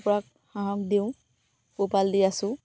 কুকুৰাক হাঁহক দিওঁ পোহপাল দি আছোঁ